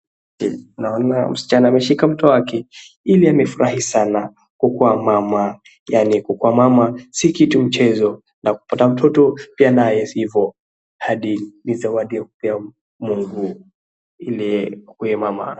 Picha hii naona msichana ameshika mtoto wake, ili amefurahi sana kukuwa mama yaani kukuwa mama si kitu mchezo na kupata mtoto pia naye si hivo. Hadi ni zawadi ya kupea Mungu ili ukuwe mama.